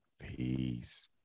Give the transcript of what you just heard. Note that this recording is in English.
peace